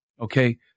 okay